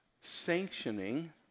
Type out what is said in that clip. sanctioning